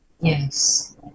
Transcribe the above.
Yes